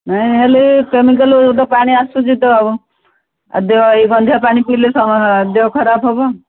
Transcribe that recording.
ନାଇଁ ନ ହେଲେ କେମିକାଲଯୁକ୍ତ ପାଣି ଆସୁଛି ତ ଆଉ ଦେହ ଏଇ ଗନ୍ଧିଆ ପାଣି ପିଇଲେ ଦେହ ଖରାପ ହେବ